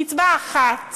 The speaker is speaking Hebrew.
קצבה אחת,